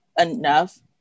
enough